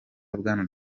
bwana